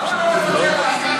למה לא לפצל לעשרה?